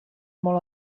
molt